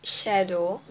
shadow